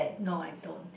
no I don't